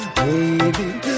baby